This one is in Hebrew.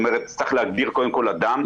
קודם כל צריך להגדיר שזהה אדם,